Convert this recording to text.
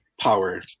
Power